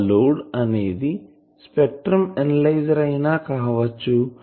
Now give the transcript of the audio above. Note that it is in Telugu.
ఆ లోడ్ అనేది స్పెక్ట్రమ్ అనలైజర్ అయినా కావచ్చు